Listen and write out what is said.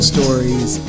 Stories